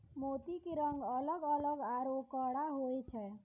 मोती के रंग अलग अलग आरो कड़ा होय छै